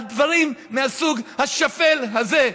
על דברים מהסוג השפל הזה.